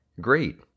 great